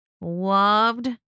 loved